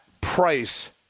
price